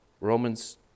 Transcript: Romans